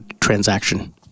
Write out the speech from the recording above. transaction